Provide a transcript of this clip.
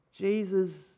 Jesus